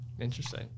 Interesting